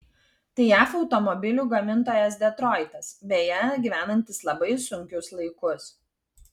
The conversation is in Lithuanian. tai jav automobilių gamintojas detroitas beje gyvenantis labai sunkius laikus